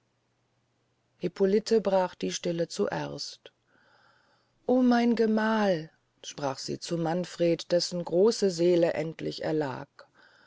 hippolite brach die stille zuerst o mein gemahl sprach sie zu manfred dessen große seele endlich erlag